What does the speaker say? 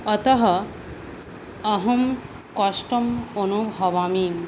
अतः अहं कष्टम् अनुभवामि